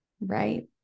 right